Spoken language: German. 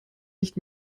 nicht